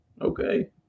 okay